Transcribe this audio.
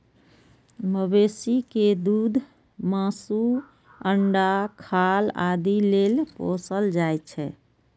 मवेशी कें दूध, मासु, अंडा, खाल आदि लेल पोसल जाइ छै